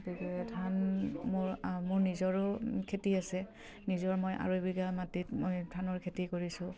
গতিকে ধান মোৰ মোৰ নিজৰো খেতি আছে নিজৰ মই আঢ়ৈ বিঘা মাটিত মই ধানৰ খেতি কৰিছোঁ